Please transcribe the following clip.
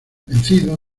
vencido